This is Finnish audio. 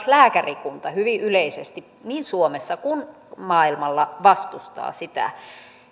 lääkärikunta hyvin yleisesti niin suomessa kuin maailmalla vastustaa sitä